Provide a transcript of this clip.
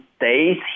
days